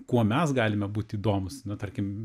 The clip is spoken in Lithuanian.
kuo mes galime būti įdomūs na tarkim